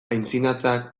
aitzinatzeak